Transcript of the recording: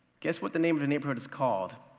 guess what the name of the neighborhood is called?